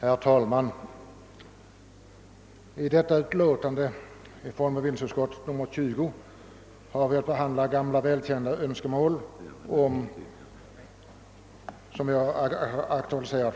Herr talman! I förevarande utlåtande från = bevillningsutskottet = behandlas gamla välkända önskemål, som flera gånger aktualiserats.